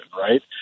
Right